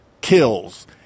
kills